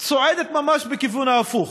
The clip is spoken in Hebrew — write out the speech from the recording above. צועדת ממש בכיוון ההפוך.